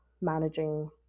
managing